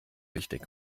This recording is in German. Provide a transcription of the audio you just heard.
wichtig